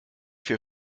für